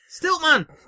Stiltman